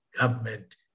government